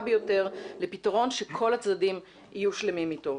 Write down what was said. ביותר לפתרון שכל הצדדים יהיו שלמים אתו.